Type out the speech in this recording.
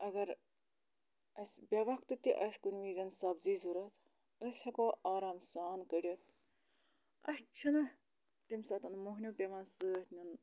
اگر اَسہِ بے وَقتہٕ تہِ آسہِ کُنہِ وِزٮ۪ن سبزی ضوٚرَتھ أسۍ ہٮ۪کو آرام سان کٔڑِتھ اَسہِ چھِنہٕ تَمہِ ساتہٕ موٚہنیوٗ پٮ۪وان سۭتۍ نیُن